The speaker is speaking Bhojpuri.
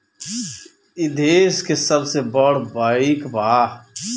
ई देस के सबसे बड़ बईक बा